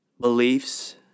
Beliefs